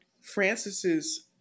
Francis's